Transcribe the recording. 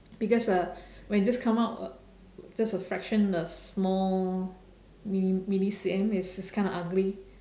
because uh when you just come out just a fraction of small mil~ milli C_M it is kind of ugly